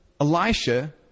Elisha